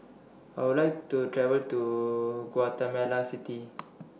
I Would like to travel to Guatemala City